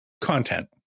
content